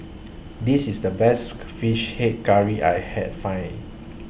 This IS The Best Fish Head Curry I heard finding